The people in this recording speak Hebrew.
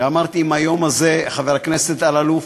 ואמרתי, אם ביום הזה, חבר הכנסת אלאלוף,